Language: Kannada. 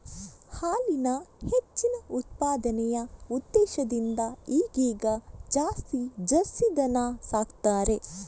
ಹಾಲಿನ ಹೆಚ್ಚಿನ ಉತ್ಪಾದನೆಯ ಉದ್ದೇಶದಿಂದ ಈಗೀಗ ಜಾಸ್ತಿ ಜರ್ಸಿ ದನ ಸಾಕ್ತಾರೆ